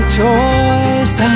choice